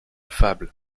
fable